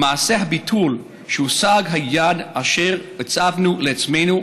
במעשה הביטול הושג היעד אשר הצבנו לעצמנו,